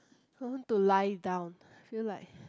I need to lie down feel like